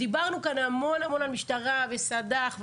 דיברנו כאן המון על המשטרה וסד"כ.